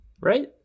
right